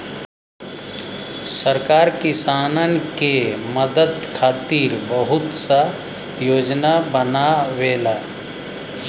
सरकार किसानन के मदद खातिर बहुत सा योजना बनावेला